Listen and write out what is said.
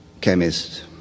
chemist